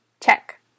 Check